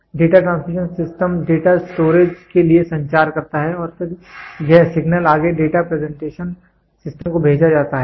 यह data transmission system data storage के लिए संचार करता है और फिर यह सिग्नल आगे डेटा प्रेजेंटेशन सिस्टम को भेजा जाता है